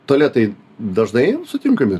tualetai dažnai sutinkami